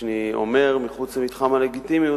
כשאני אומר "מחוץ למתחם הלגיטימיות",